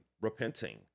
repenting